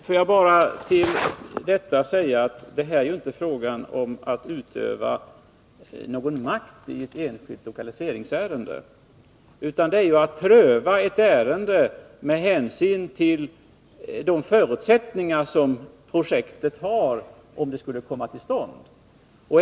Herr talman! Det är inte fråga om att utöva någon makt i ett enskilt lokaliseringsärende, utan det gäller att pröva ett ärende med hänsyn till de förutsättningar som projektet har om det skulle komma till stånd.